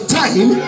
time